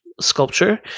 sculpture